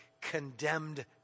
condemned